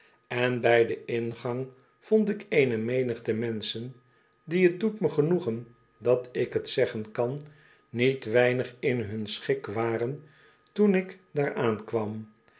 en bij den ingang vond ik eene menigte menschen die t doet me genoegen dat ik t zeggen kan niet weinig in hun schik waren toen ik daar aankwam